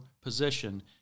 position